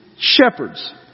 shepherds